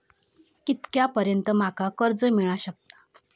कितक्या पर्यंत माका कर्ज मिला शकता?